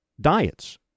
diets